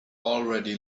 already